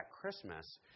Christmas